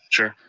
sure.